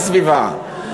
בסביבה?